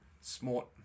Smart